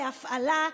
להפעלה,